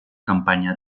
campanya